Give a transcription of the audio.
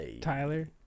tyler